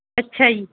ਅੱਛਾ ਜੀ